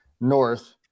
North